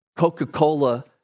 Coca-Cola